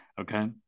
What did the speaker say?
Okay